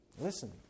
Listen